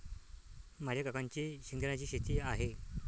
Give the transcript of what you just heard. माझ्या काकांची शेंगदाण्याची शेती आहे